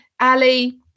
Ali